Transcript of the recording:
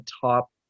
top